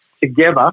together